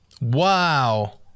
Wow